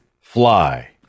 fly